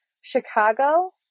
Chicago